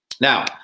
Now